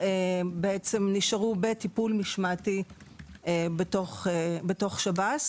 נשארו בטיפול משמעתי בתוך שב"ס.